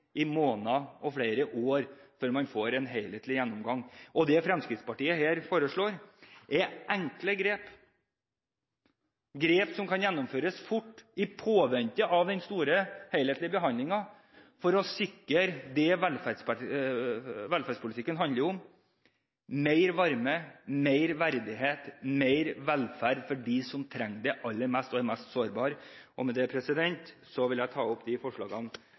i måneder og flere år før man får en helhetlig gjennomgang. Det som Fremskrittspartiet foreslår her, er enkle grep som kan gjennomføres fort, i påvente av den store, helhetlige behandlingen, for å sikre det velferdspolitikken handler om: mer varme, mer verdighet og mer velferd for dem som trenger det aller mest og er mest sårbare. Med det vil jeg ta opp de forslagene